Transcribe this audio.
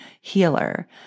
healer